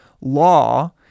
Law